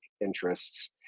interests